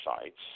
sites